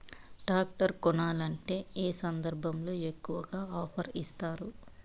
Tractor కొనాలంటే ఏ సందర్భంలో ఎక్కువగా ఆఫర్ ఇస్తారు?